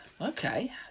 okay